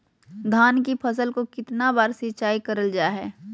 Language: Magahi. धान की फ़सल को कितना बार सिंचाई करल जा हाय?